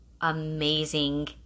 amazing